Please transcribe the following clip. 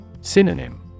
Synonym